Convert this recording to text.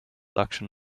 action